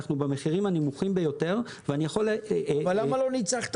אנחנו ביקשנו נוכחות של "היקר" פה בוועדה ואני לא מבין למה הם לא נמצאים